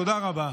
תודה רבה.